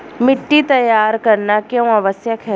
मिट्टी तैयार करना क्यों आवश्यक है?